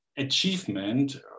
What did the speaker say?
Achievement